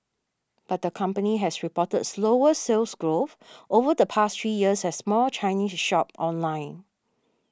but the company has reported slower Sales Growth over the past three years as more Chinese shop online